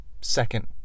second